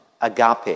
agape